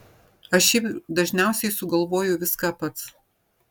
aš šiaip dažniausiai sugalvoju viską pats